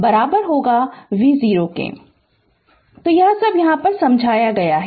Refer Slide Time 0058 तो यह सब यहाँ समझाया गया है